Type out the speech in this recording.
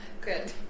Good